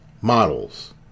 models